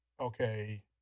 okay